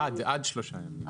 עד שלושה ימים.